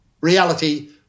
reality